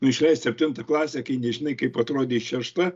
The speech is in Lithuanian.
išleist septintą klasę kai nežinai kaip atrodys šešta